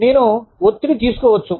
నేను ఒత్తిడి తీసుకోవచ్చు